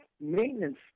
maintenance